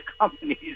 companies